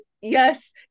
yes